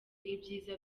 ibyiza